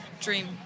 dream